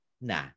Nah